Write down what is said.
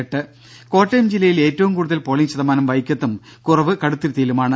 രംഭ കോട്ടയം ജില്ലയിൽ ഏറ്റവും കൂടുതൽ പോളിംഗ് ശതമാനം വൈക്കത്തും കുറവ് കടുത്തുരുത്തിയിലുമാണ്